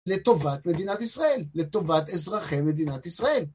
לטובת מדינת ישראל, לטובת אזרחי מדינת ישראל.